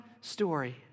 story